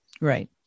Right